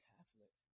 Catholic